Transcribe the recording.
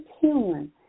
human